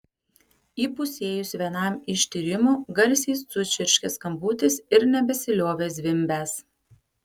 įpusėjus vienam iš tyrimų garsiai sučirškė skambutis ir nebesiliovė zvimbęs